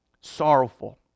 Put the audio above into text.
sorrowful